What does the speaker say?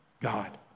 God